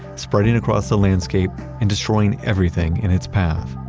spreading across the landscape and destroying everything in its path.